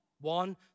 One